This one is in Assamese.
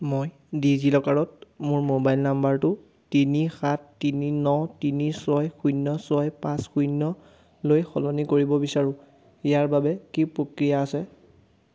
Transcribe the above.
মই ডিজিলকাৰত মোৰ মোবাইল নাম্বাৰটো তিনি সাত তিনি ন তিনি ছয় শূন্য ছয় পাঁচ শূন্যলৈ সলনি কৰিব বিচাৰোঁ ইয়াৰ বাবে কি প্ৰক্ৰিয়া আছে